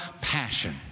passion